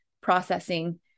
processing